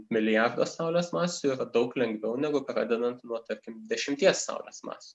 milijardo saulės masių yra daug lengviau negu pradedant nuo tarkim dešimties saulės masių